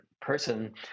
person